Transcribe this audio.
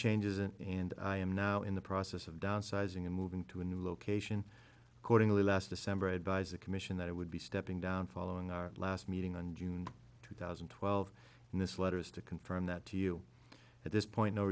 changes it and i am now in the process of downsizing and moving to a new location accordingly last december advised the commission that i would be stepping down following our last meeting on june two thousand and twelve and this letter is to confirm that to you at this point no